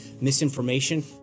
misinformation